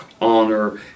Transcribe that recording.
honor